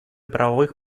правовых